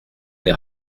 les